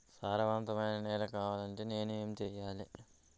సారవంతమైన నేల కావాలంటే నేను ఏం చెయ్యాలే?